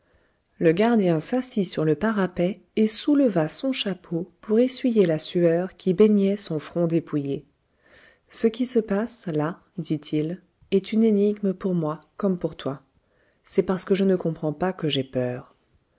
le gardien s'assit sur le parapet et souleva son chapeau pour essuyer la sueur qui baignait son front dépouillé ce qui se passe là dit-il est une énigme pour moi comme pour toi c'est parce que je ne comprends pas que j'ai peur